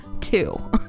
two